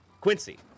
Quincy